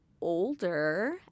older